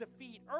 defeat